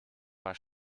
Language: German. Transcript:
war